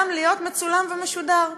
גם להיות מצולם ומשודר.